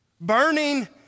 Burning